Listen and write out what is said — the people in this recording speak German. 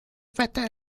wetter